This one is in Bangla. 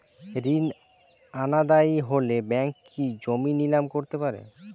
ঋণ অনাদায়ি হলে ব্যাঙ্ক কি জমি নিলাম করতে পারে?